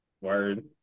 Word